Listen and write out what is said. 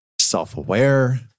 self-aware